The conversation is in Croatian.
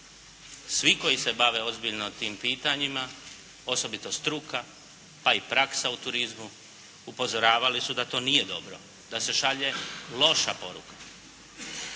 Svi koji se bave ozbiljno tim pitanjima osobito struka pa i praksa u turizmu, upozoravali su da to nije dobro, da se šalje loša poruka.